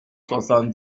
soixante